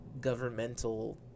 governmental